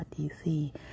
DC